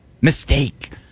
mistake